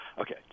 Okay